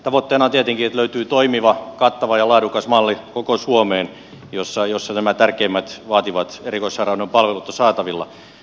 tavoitteena on tietenkin että löytyy toimiva kattava ja laadukas malli koko suomeen jossa nämä tärkeimmät vaativan erikoissairaanhoidon palvelut ovat saatavilla